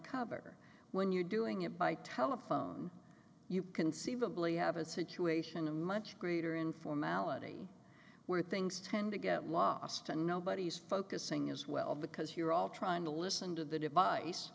cover when you're doing it by telephone you conceivably have a situation a much greater in formality where things tend to get lost and nobody's focusing as well because you're all trying to listen to the device